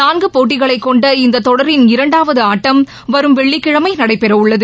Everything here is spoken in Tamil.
நான்கு போட்டிகளை கொண்ட இந்த தொடரின் இரண்டாவது ஆட்டம் வரும் வெள்ளிக்கிழம நடைபெறவுள்ளது